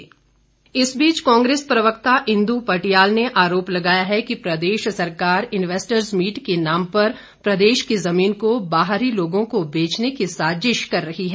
कुल्लू कांग्रेस इस बीच कांग्रेस प्रवक्ता इंदु पटियाल ने आरोप लगाया है कि प्रदेश सरकार इन्वेस्टर्स मीट के नाम पर प्रदेश की जमीन को बाहरी लोगों को बेचने की साजिश कर रही है